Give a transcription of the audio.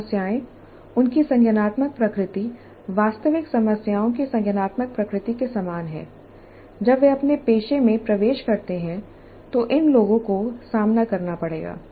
समस्याएं उनकी संज्ञानात्मक प्रकृति वास्तविक समस्याओं की संज्ञानात्मक प्रकृति के समान है जब वे अपने पेशे में प्रवेश करते हैं तो इन लोगों को सामना करना पड़ेगा